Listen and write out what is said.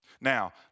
Now